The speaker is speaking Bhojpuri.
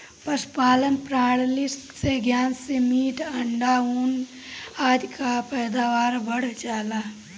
पशुपालन प्रणाली के ज्ञान से मीट, अंडा, ऊन आदि कअ पैदावार बढ़ जाला